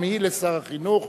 גם היא לשר החינוך,